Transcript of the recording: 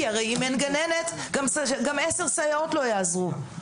כי הרי אם אין גננת גם 10 סייעות לא יעזרו.